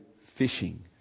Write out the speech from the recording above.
fishing